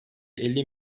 elli